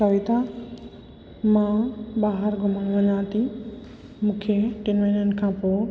कविता मां ॿाहिरि घुमणु वञा थी मूंखे टिनि महिननि खां पोइ